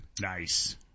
Nice